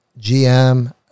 GM